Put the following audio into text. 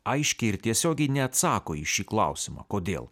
aiškiai ir tiesiogiai neatsako į šį klausimą kodėl